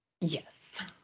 Yes